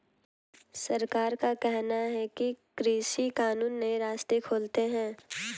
सरकार का कहना है कि कृषि कानून नए रास्ते खोलते है